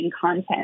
content